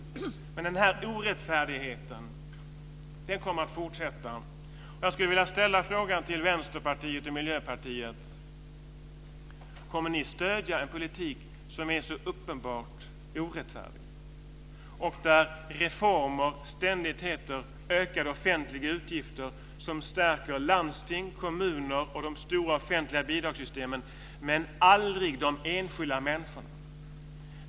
Den orättfärdigheten kommer att fortsätta. Miljöpartiet: Kommer ni att stödja en politik som är så uppenbart orättfärdig, där reformer ständigt heter ökade offentliga utgifter som stärker landsting, kommuner och de stora offentliga bidragssystemen men aldrig de enskilda människorna?